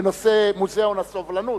בנושא מוזיאון הסובלנות,